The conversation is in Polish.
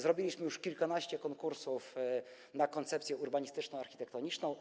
Zrobiliśmy już kilkanaście konkursów na koncepcję urbanistyczno-architektoniczną.